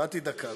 איבדתי דקה.